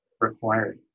required